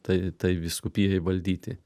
tai tai vyskupijai valdyti